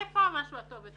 איפה המשהו הטוב יותר?